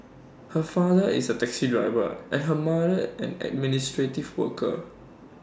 her father is A taxi driver and her mother an administrative worker